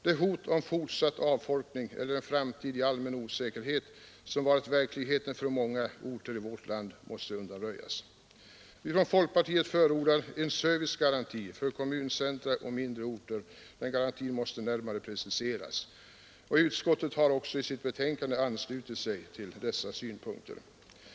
Det hot om fortsatt avfolkning eller en framtid i allmän osäkerhet som varit verkligheten för många orter i vårt land måste undanröjas”. Vi från folkpartiet förordar en servicegaranti för kommuncentra och mindre orter. Den garantin måste närmare preciseras. Utskottet har också i sitt betänkande anslutit sig till dessa synpunkter.